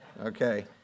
Okay